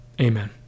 amen